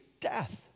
death